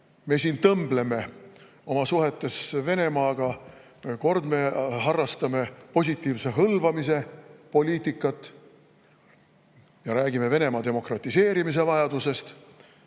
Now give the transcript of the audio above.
me siin tõmbleme oma suhetes Venemaaga. Kord me harrastame positiivse hõlvamise poliitikat ja räägime Venemaa demokratiseerimise vajadusest